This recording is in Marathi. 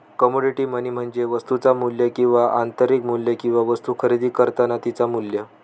कमोडिटी मनी म्हणजे वस्तुचा मू्ल्य किंवा आंतरिक मू्ल्य किंवा वस्तु खरेदी करतानाचा तिचा मू्ल्य